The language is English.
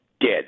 dead